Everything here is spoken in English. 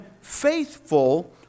faithful